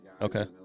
Okay